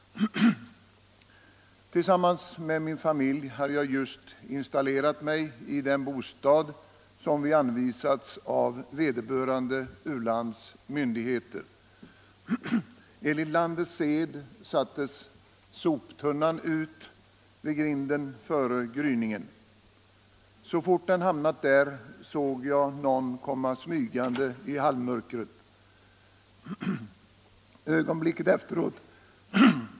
Tillsammans med min familj hade jag just installerat mig i den bostad som anvisats oss av vederbörande u-landsmyndigheter. Enligt landets sed sattes soptunnan ut vid grinden före gryningen. Så fort den hamnat där såg jag någon komma smygande i halvmörkret.